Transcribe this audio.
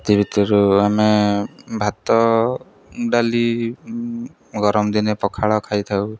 ସେଥି ଭିତରୁ ଆମେ ଭାତ ଡାଲି ଗରମ ଦିନେ ପଖାଳ ଖାଇଥାଉ